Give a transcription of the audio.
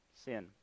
Sin